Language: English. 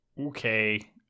okay